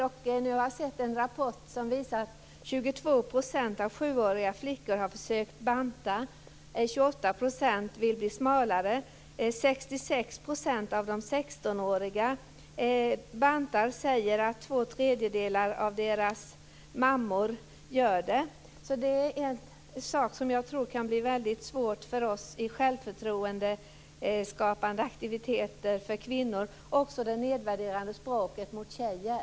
Jag har sett en rapport som visar att 22 % av de sjuåriga flickorna har försökt banta, 28 % vill bli smalare. 66 % av de 16-åriga flickorna bantar, och två tredjedelar av dem säger att deras mammor gör det. Detta är en sak som jag tror kan bli väldigt svår för oss när det gäller självförtroendeskapande aktiviteter för kvinnor och även när det gäller det nedvärderande språket mot tjejer.